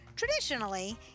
Traditionally